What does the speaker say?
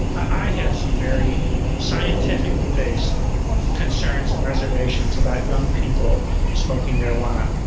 i have some very scientifically-based concerns, and reservations about young people smoking marijuana.